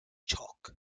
chalk